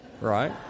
Right